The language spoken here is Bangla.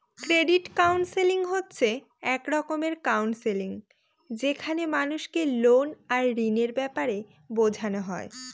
ক্রেডিট কাউন্সেলিং হচ্ছে এক রকমের কাউন্সেলিং যেখানে মানুষকে লোন আর ঋণের ব্যাপারে বোঝানো হয়